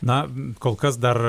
na kol kas dar